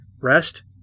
rest